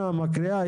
מקריאה,